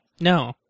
No